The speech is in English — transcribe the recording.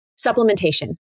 supplementation